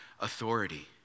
authority